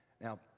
Now